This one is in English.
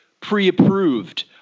pre-approved